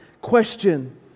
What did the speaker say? question